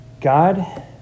God